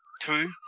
Two